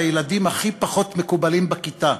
לילדים הכי פחות מקובלים בכיתה,